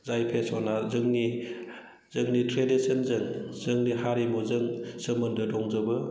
जाय फेशना जोंनि ट्रेडिसन जों जोंनि हारिमुजों सोमोन्दो दंजोबो